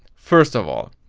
first of all.